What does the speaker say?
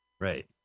Right